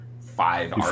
five